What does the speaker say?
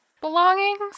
belongings